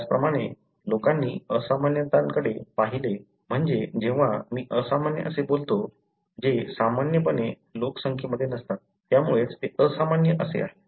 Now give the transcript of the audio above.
त्याचप्रमाणे लोकांनी असामान्यतांकडे पाहिले म्हणजे जेव्हा मी असामान्य असे बोलतो जे सामान्यपणे लोकसंख्येमध्ये नसतात त्यामुळेच ते असामान्य असे आहे